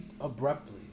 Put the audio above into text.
abruptly